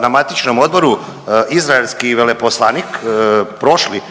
na matičnom odboru izraelski veleposlanik prošli